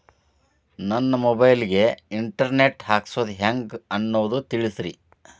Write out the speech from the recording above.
ನನ್ನ ಮೊಬೈಲ್ ಗೆ internet ಹಾಕ್ಸೋದು ಹೆಂಗ್ ಅನ್ನೋದು ತಿಳಸ್ರಿ